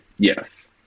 Yes